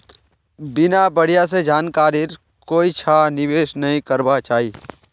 बिना बढ़िया स जानकारीर कोइछा निवेश नइ करबा चाई